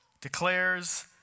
declares